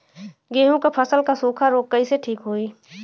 गेहूँक फसल क सूखा ऱोग कईसे ठीक होई?